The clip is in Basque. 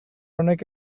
honek